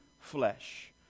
flesh